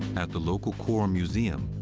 at the local corum museum,